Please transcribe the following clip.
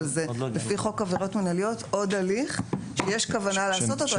אבל לפי חוק עבירות מינהליות זה עוד הליך שיש כוונה לעשות אותו,